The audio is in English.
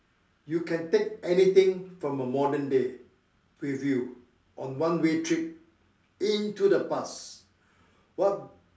you can take anything from a modern day with you on one way trip into the past what